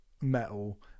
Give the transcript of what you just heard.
metal